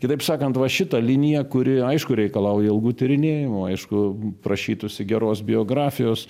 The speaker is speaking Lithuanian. kitaip sakant va šitą liniją kuri aišku reikalauja ilgų tyrinėjimų aišku prašytųsi geros biografijos